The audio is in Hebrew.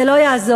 זה לא יעזור.